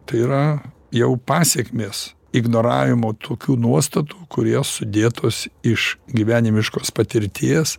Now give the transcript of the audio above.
tai yra jau pasekmės ignoravimo tokių nuostatų kur jos sudėtos iš gyvenimiškos patirties